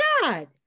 God